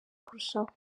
kurushaho